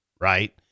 right